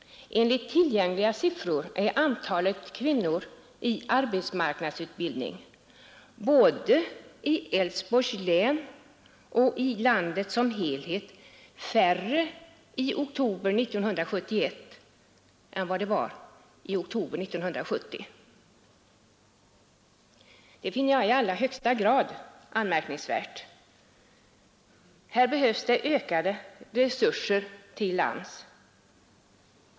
Enligt tillgängliga siffror är antalet kvinnor i arbetsmarknadsutbildning både i Älvsborgs län och i landet som helhet färre i oktober 1971 än i oktober 1970. Det finner jag i allra högsta grad anmärkningsvärt. Här behövs det ökade resurser till AMS.